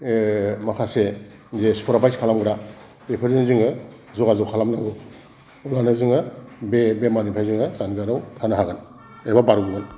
माखासे जे सुपारभाइस खालामग्रा बेफोरजों जोङो जगाजग खालामनांगौ अब्लानो जोङो बे बेमारनिफ्राय जोङो जानगाराव थानो हागोन एबा बारग'गोन